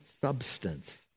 substance